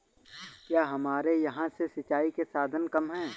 क्या हमारे यहाँ से सिंचाई के साधन कम है?